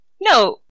No